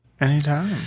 Anytime